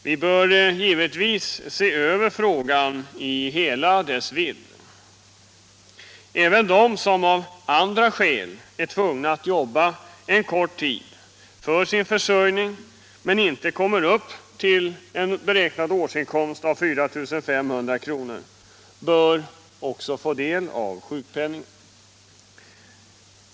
Vi bör givetvis se över frågan i hela dess vidd. Även de som av andra skäl är tvungna att jobba en kort tid för sin försörjning men som inte kommer upp till en årsinkomst av 4 500 kr. bör få del av sjukpenningen.